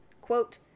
quote